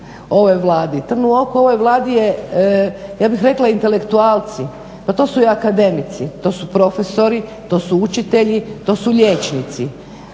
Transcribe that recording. ovoj Vladi. Trnu u oku ovoj Vladi je ja bih rekla intelektualci, pa to su i akademici, to su profesori, to su učitelji, to su liječnici.